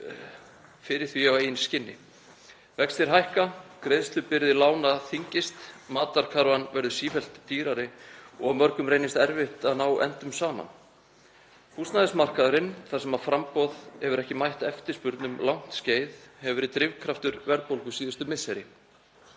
fyrir því á eigin skinni. Vextir hækka, greiðslubyrði lána þyngist, matarkarfan verður sífellt dýrari og mörgum reynist erfitt að ná endum saman. Húsnæðismarkaðurinn, þar sem framboð hefur ekki mætt eftirspurn um langt skeið, hefur verið drifkraftur verðbólgu síðustu misseri.